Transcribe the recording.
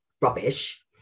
rubbish